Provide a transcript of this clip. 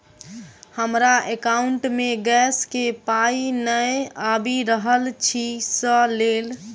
हमरा एकाउंट मे गैस केँ पाई नै आबि रहल छी सँ लेल?